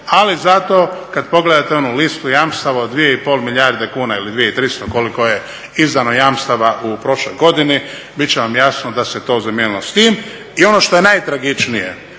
ali zato kada pogledate onu listu jamstava od 2,5 milijarde kuna ili 2 i 300 koliko je izdano jamstava u prošloj godini bit će vam jasno da se to zamijenilo s tim. I ono što je najtragičnije